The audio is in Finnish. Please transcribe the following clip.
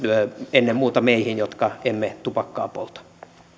ennen muuta meihin jotka emme tupakkaa polta